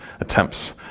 attempts